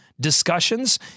discussions